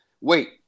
Wait